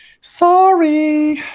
Sorry